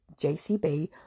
JCB